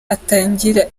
atangira